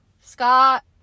Scott